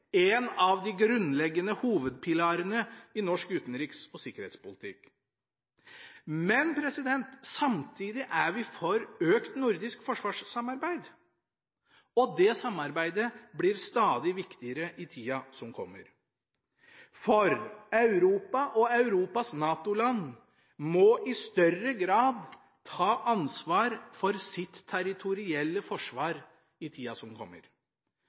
en av de grunnleggende hovedpilarene i norsk utenriks- og sikkerhetspolitikk. Samtidig er vi for økt nordisk forsvarssamarbeid, og det samarbeidet blir stadig viktigere i tida som kommer. Europa og Europas NATO-land må i større grad ta ansvar for sitt territorielle forsvar i tida som kommer.